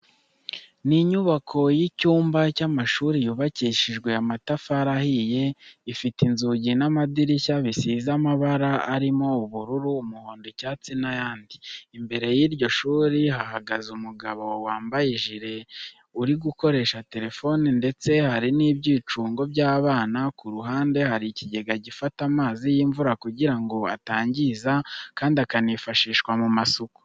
Ni inyubako y'icyumba cy'amashuri yubakishijwe amatafari ahiye, ifite inzugi n'amadirishya bisize amabara arimo ubururu, umuhondo, icyatsi n'ayandi. Imbere y'iryo shuri hahagaze umugabo wambaye ijire uri gukoresha telefone ndetse hari n'ibyicunog by'abana. Ku ruhande hari ikigega gifata amazi y'imvura kugira ngo atangiza kandi akanifashishwa mu masuku.